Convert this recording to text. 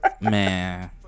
Man